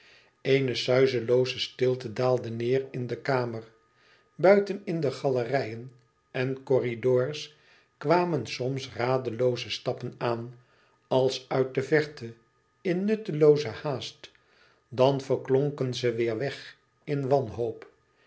eene suizelooze stilte daalde neêr in de kamer buiten in de galerijen en corridors kwamen soms radelooze stappen aan als uit de verte in nuttelooze haast dan verklonken ze weêr weg in wanhoop